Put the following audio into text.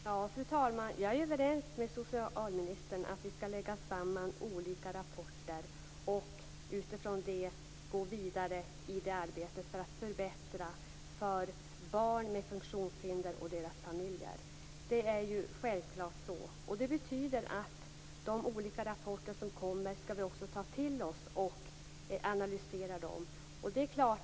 Fru talman! Jag är överens med socialministern om att vi skall lägga samman olika rapporter och utifrån det gå vidare i arbetet för att förbättra för barn med funktionshinder och deras familjer. Det är ju självklart så. Det betyder att vi också skall ta till oss och analysera de olika rapporter som kommer.